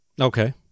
Okay